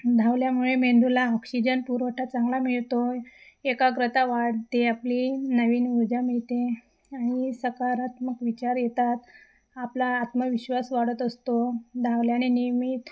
धावल्यामुळे मेंदूला ऑक्सिजन पुरवठा चांगला मिळतो एकाग्रता वाढते आपली नवीन ऊर्जा मिळते आणि सकारात्मक विचार येतात आपला आत्मविश्वास वाढत असतो धावल्याने नियमित